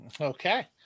Okay